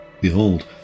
Behold